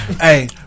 Hey